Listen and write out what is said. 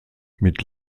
mit